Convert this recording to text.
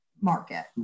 market